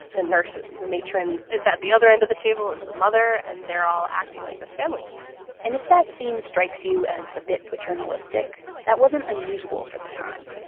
the nurse ah the matron is at the other end of the table as the mother, and they're all acting like this family and if that scene strikes you as a bit paternalistic, that wasn't unusual for the time.